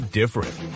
different